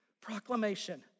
proclamation